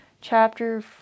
chapter